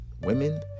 Women